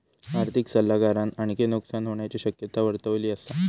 आर्थिक सल्लागारान आणखी नुकसान होण्याची शक्यता वर्तवली असा